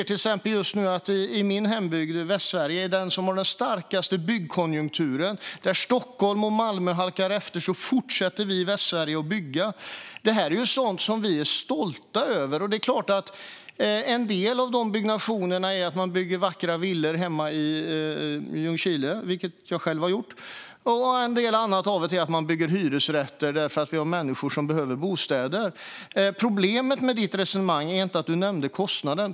Till exempel har min hembygd, Västsverige, den starkaste byggkonjunkturen. Medan Stockholm och Malmö halkar efter fortsätter vi i Västsverige att bygga. Det här är sådant som vi är stolta över. Det är klart att en del är att man bygger vackra villor hemma i Ljungskile, vilket jag själv har gjort, och en annan del är att man bygger hyresrätter därför att vi har människor som behöver bostäder. Problemet med ditt resonemang är inte att du nämner kostnaden.